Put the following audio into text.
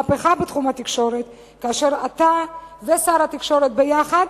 בתחום התקשורת, כאשר אתה ושר התקשורת ביחד,